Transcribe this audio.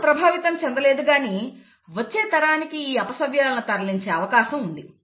వారు ప్రభావితం చెందలేదు కానీ వచ్చే తరానికి ఈ అపసవ్యాలను తరలించే అవకాశం ఉంది